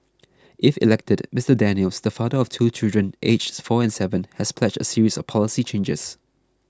if elected Mr Daniels the father of two children aged four and seven has pledged a series of policy changes